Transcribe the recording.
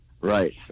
Right